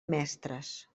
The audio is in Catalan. mestres